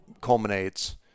culminates